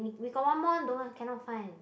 we we got one more don't cannot find